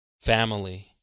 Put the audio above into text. family